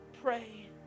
pray